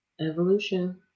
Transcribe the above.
Evolution